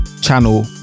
channel